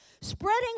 spreading